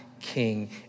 King